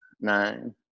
nine